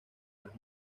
las